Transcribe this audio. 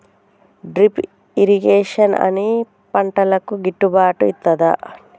Drip irrigation అన్ని పంటలకు గిట్టుబాటు ఐతదా?